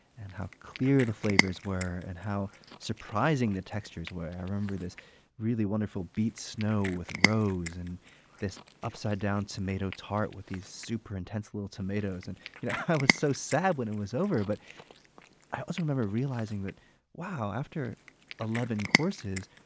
and how clear the flavors were and how surprising the textures were. i remember this really wonderful beet snow with rose and this upside-down tomato tart with these super intense little tomatoes. and you know i was so sad when it was over. but i also remember realizing that after eleven courses,